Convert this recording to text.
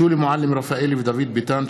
שולי מועלם-רפאלי ודוד ביטן,